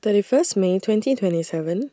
thirty First May twenty twenty Seven